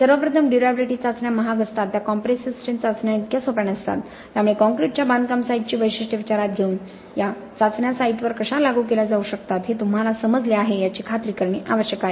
सर्वप्रथम ड्युर्याबिलिटी चाचण्या महाग असतात त्या कॉम्प्रेसिव्ह स्ट्रेंथ चाचण्यांइतक्या सोप्या नसतात त्यामुळे कंक्रीटच्या बांधकाम साइटची वैशिष्ट्ये विचारात घेऊन या चाचण्या साइटवर कशा लागू केल्या जाऊ शकतात हे तुम्हाला समजले आहे याची खात्री करणे आवश्यक आहे